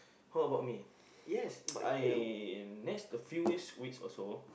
how about me I next the few weeks weeks also